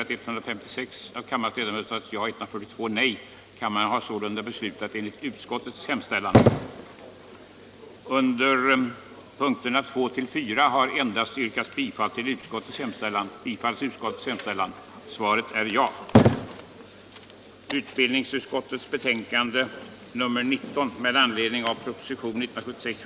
35 2. att tillsätta en utredning om formerna för att öka användarnas inflytande över läromedlens tillblivelse, anskaffande och användande, 3. att vid granskningen av objektiviteten i läromedlen också skulle beaktas tendenser i innehållet som förstärkte och bevarade ett traditionellt könsrollsmönster.